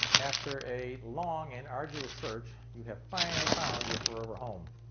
after a long and arduous search, you have finally found your forever home.